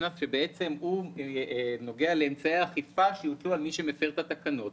הוא נוגע לאמצעי האכיפה שיוטלו על מי שמפר את התקנות.